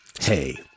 hey